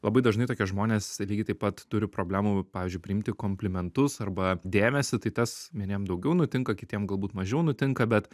labai dažnai tokie žmonės lygiai taip pat turi problemų pavyzdžiui priimti komplimentus arba dėmesį tai tas vieniem daugiau nutinka kitiem galbūt mažiau nutinka bet